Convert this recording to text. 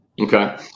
Okay